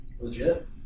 Legit